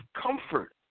comfort